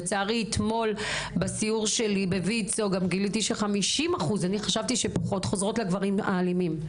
לצערי אתמול בסיור שלי בויצו גיליתי ש-50% חוזרות לגברים האלימים,